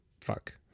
fuck